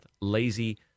Lazy